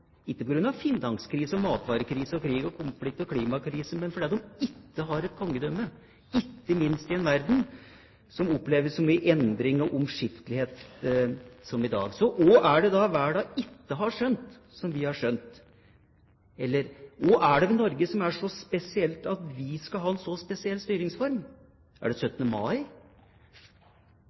ikke på grunn av finanskrise, matvarekrise, krig, konflikt og klimakrise, men fordi de ikke har et kongedømme, ikke minst i en verden som opplever så mye endring og omskiftelighet som i dag. Hva er det da verden ikke har skjønt, som vi har skjønt? Eller: Hva er det ved Norge som er så spesielt at vi skal ha en så spesiell styringsform? Er det 17. mai?